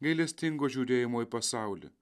gailestingo žiūrėjimo į pasaulį